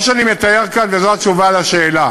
מה שאני מתאר כאן, וזו התשובה על השאלה,